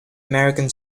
american